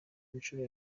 nshuro